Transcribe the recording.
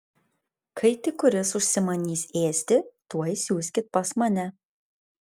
kai tik kuris užsimanys ėsti tuoj siųskit pas mane